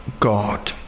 God